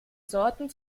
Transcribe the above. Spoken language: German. sorten